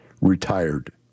retired